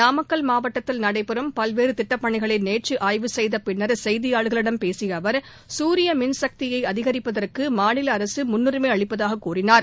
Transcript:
நாமக்கல் மாவட்டத்தில் நடைபெறும் பல்வேறு திட்டப் பணிகளை நேற்று ஆய்வு செய்த பின்னா் செய்தியாள்களிடம் பேசிய அவர் சூரிய மின்சக்தியை அதிகரிப்பதற்கு மாநில அரசு முன்னுரிமை அளிப்பதாக கூறினார்